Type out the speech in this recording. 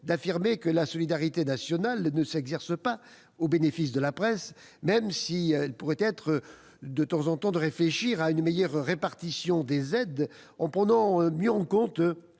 d'affirmer que la solidarité nationale ne s'exerce pas au bénéfice de la presse, même s'il pourrait être temps de réfléchir à une meilleure répartition des aides, pour mieux prendre